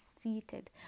seated